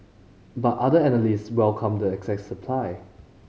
but other analysts welcomed the excess supply